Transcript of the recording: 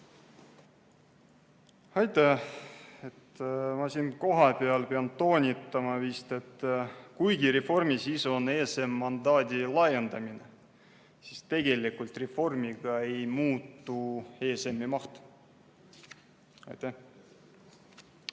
Aitäh! Ma pean siinkohal toonitama, et kuigi reformi sisu on ESM‑i mandaadi laiendamine, siis tegelikult reformiga ei muutu ESM‑i maht. Aitäh!